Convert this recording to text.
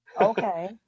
Okay